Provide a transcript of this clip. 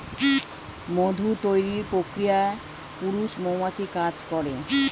মধু তৈরির প্রক্রিয়ায় পুরুষ মৌমাছি কাজ করে